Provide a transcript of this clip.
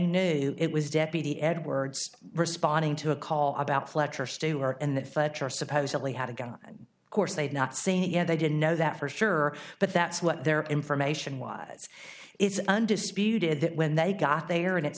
knew it was deputy edwards responding to a call about fletcher stewart and that supposedly had a gun course they had not seen it yet they didn't know that for sure but that's what their information was it's undisputed that when they got there and it's